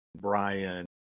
Brian